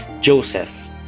Joseph